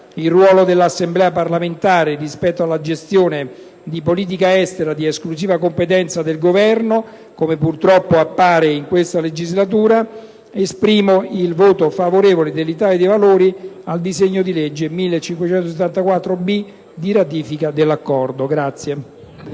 il ruolo dell'Assemblea parlamentare rispetto alla gestione di politica estera di esclusiva competenza del Governo, come purtroppo appare in questa legislatura, dichiaro il voto favorevole del Gruppo dell'Italia dei Valori sul disegno di legge n. 1754-B di ratifica dell'accordo in